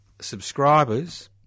subscribers